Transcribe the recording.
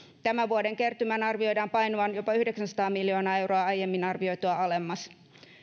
tämän vuoden kertymän arvioidaan painuvan jopa yhdeksänsataa miljoonaa euroa aiemmin arvioitua alemmas